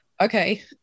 Okay